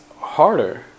harder